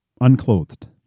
unclothed